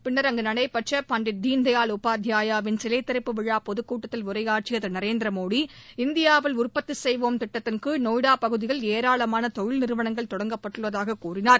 பின்னர் அங்கு நடைபெற்ற பண்டிட் தீன்தயாள் உபாத்யாயாவின் சிலை திறப்பு விழா பொதுக் கூட்டத்தில் உரையாற்றிய திரு நரேந்திர மோடி இந்தியாவில் உற்பத்தி செய்வோம் கீழ் திட்டத்தின் பகுதியில் தொழில் நிறுவனங்கள் தொடங்கப்பட்டுள்ளதாகக் கூறினார்